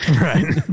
Right